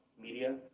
media